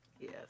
Yes